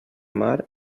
mar